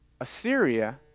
Assyria